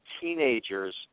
teenagers